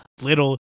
little